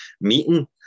meeting